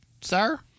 Sir